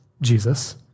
Jesus